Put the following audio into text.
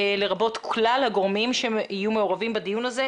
לרבות כלל הגורמים שהם יהיו מעורבים בדיון הזה.